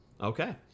Okay